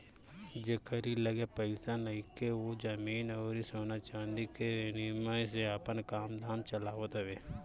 जेकरी लगे पईसा नइखे उ जमीन अउरी सोना चांदी के विनिमय से आपन काम धाम चलावत हवे